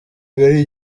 ari